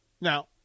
Now